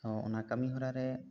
ᱛᱚ ᱚᱱᱟ ᱠᱟᱹᱢᱤ ᱦᱚᱨᱟ ᱨᱮ